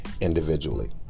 individually